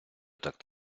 так